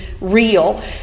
real